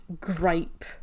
gripe